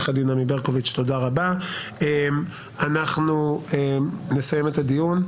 אנחנו נסיים את הדיון.